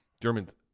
Germans